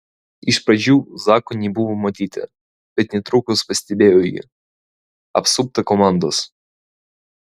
iš pradžių zako nebuvo matyti bet netrukus pastebėjo jį apsuptą komandos